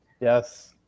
Yes